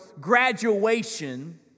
graduation